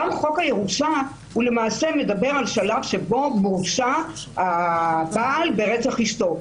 גם חוק הירושה מדבר על שלב שבו מורשע הבעל ברצח אישתו,